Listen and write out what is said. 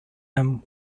him